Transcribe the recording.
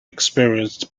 experienced